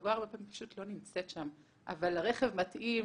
החגורה פשוט לא נמצאת שם אבל הרכב מתאים